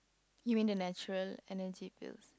you mean the natural Energy Pills